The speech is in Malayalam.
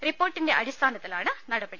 റിപ്പോർട്ടിന്റെ അടിസ്ഥാനത്തിലാണ് നടപടി